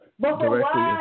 directly